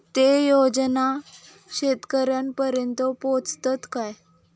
ते योजना शेतकऱ्यानपर्यंत पोचतत काय?